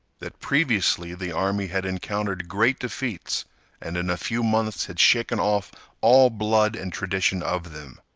that previously the army had encountered great defeats and in a few months had shaken off all blood and tradition of them,